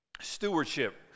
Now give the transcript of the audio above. Stewardship